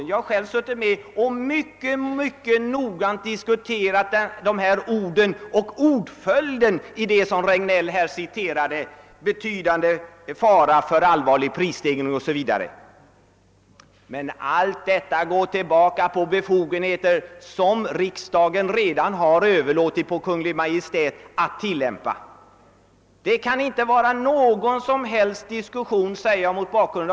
Jag har själv varit med om att mycket noggrant diskutera de ord — och även deras inbördes ordning — som herr Regnéll citerade, nämligen »betydande fara för allvarlig prisstegring» OSV. Mot bakgrunden av min medverkan vid lagens tillkomst kan jag bestämt fastslå att det inte är någon annan än Kungl. Maj:t som har att göra denna bedömning.